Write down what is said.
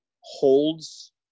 holds